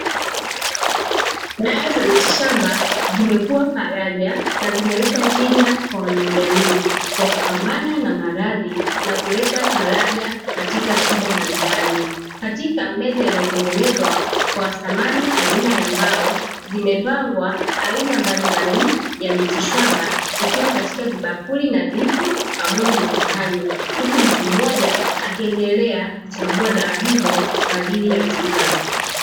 Dawa za miti shamba zimekuwa faraja na zimeleta tija kwa wanajamii kwa kupambana na maradhi na kuleta faraja katika shida mbalimbali, katika meza iliyotengenezwa kwa samani aina ya mbao zimepangwa aina mbalimbali ya miti shamba ikiwa katika vibakuli nadhifu pamoja na sahani huku mtu mmoja akiendelea kuchambua dawa hizo kwa ajili ya tiba.